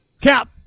Cap